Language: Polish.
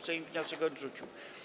Sejm wniosek odrzucił.